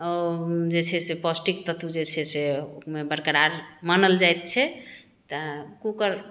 जे छै से पौष्टिक तत्व जे छै से ओहिमे बरकरार मानल जाइत छै तऽ कूकर